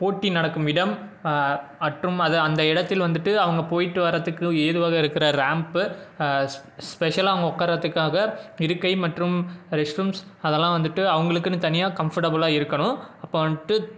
போட்டி நடக்கும் இடம் மற்றும் அது அந்த இடத்தில் வந்துட்டு அவங்க போயிவிட்டு வர்றதுக்கு ஏதுவாக இருக்கிற ரேம்ப்பு ஸ் ஸ்பெஷலாக அவங்க உட்கார்றத்துக்காக இருக்கை மற்றும் ரெஸ்ட் ரூம்ஸ் அதெல்லாம் வந்துவிட்டு அவங்களுக்குன்னு தனியாக கம்ஃபர்ட்டபுளாக இருக்கணும் அப்போ வந்துட்டு